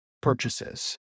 purchases